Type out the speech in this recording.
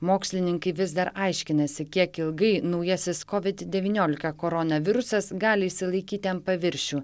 mokslininkai vis dar aiškinasi kiek ilgai naujasis covid devyniolika koronavirusas gali išsilaikyti ant paviršių